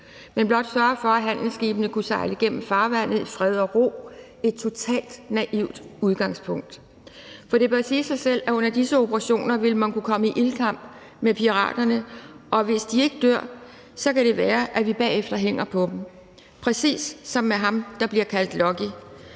men blot sørge for, at handelsskibene kunne sejle igennem farvandet i fred og ro. Det var et totalt naivt udgangspunkt! For det bør sige sig selv, at under disse operationer vil man kunne komme i ildkamp med piraterne, og hvis ikke de dør, kan det være, at vi bagefter hænger på dem, præcis som med ham, der bliver kaldt Lucky.